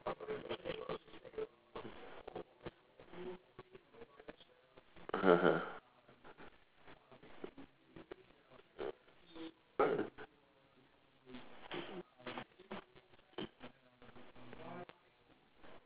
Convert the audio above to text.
(uh huh)